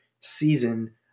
season